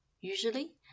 Usually